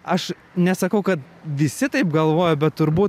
aš nesakau kad visi taip galvoja bet turbūt